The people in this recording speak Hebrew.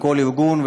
וכל ארגון,